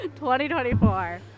2024